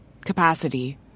capacity